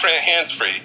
hands-free